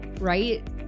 right